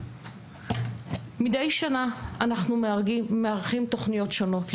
מדי שנה אנחנו מארחים תוכניות שונות,